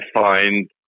find